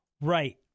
Right